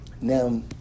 Now